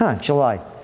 July